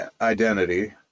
Identity